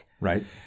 Right